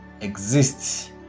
exists